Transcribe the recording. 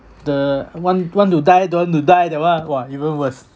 the want want to die don't want to die that one ah !wah! even worse